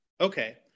Okay